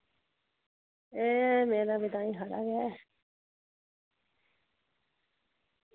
एह् मेरा बी ताहीं खरा गै